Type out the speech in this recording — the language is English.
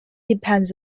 depends